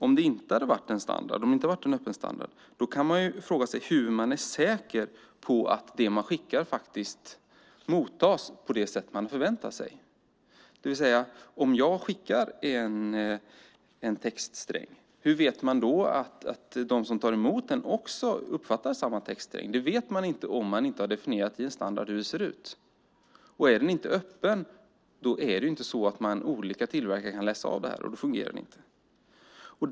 Om det inte hade varit en öppen standard kan man fråga sig hur man är säker på att det man skickar mottas på det sätt man förväntar sig. Om jag skickar en textsträng, hur vet jag då att de som tar emot den uppfattar samma textsträng? Det vet man inte om man inte har definierat i en standard hur det ser ut. Är den inte öppen kan inte olika tillverkare läsa av det. Då fungerar det inte.